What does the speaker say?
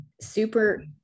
super